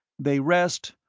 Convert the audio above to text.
they rest,